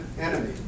Enemy